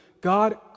God